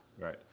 right